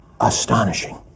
Astonishing